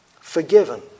forgiven